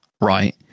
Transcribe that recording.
right